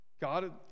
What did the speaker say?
God